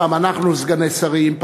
פעם אנחנו סגני שרים,